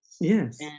yes